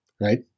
Right